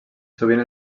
sovint